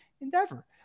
endeavor